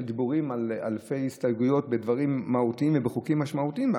דיבורים על אלפי הסתייגויות בדברים מהותיים וחוקים משמעותיים.